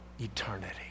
eternity